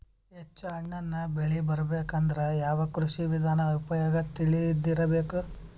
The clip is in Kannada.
ಹೆಚ್ಚು ಹಣ್ಣನ್ನ ಬೆಳಿ ಬರಬೇಕು ಅಂದ್ರ ಯಾವ ಕೃಷಿ ವಿಧಾನ ಉಪಯೋಗ ತಿಳಿದಿರಬೇಕು?